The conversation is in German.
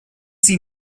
sie